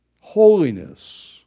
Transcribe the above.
Holiness